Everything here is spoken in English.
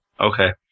Okay